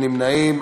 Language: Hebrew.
אין נמנעים.